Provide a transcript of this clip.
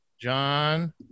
John